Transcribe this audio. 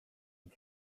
and